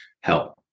help